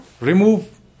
remove